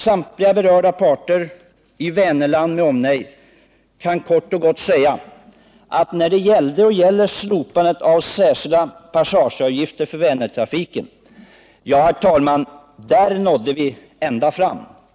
Samtliga berörda parter i Vänerland med omnejd kan kort och gott säga att när det gällde och gäller slopandet av särskilda passageavgifter för Vänertrafiken nådde vi, herr talman, ända fram!